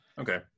okay